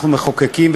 אנחנו מחוקקים,